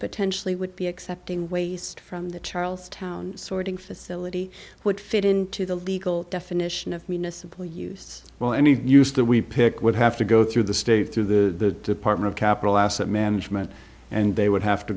potentially would be accepting waste from the charles town sorting facility would fit into the legal definition of municipal use well any use that we pick would have to go through the state through the partner of capital asset management and they would have to